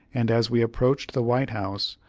and as we approached the white house,